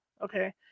okay